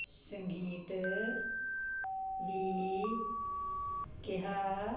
ਸੰਗੀਤ ਵੀ ਕਿਹਾ